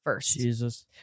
Jesus